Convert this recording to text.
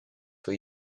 for